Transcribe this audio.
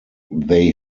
they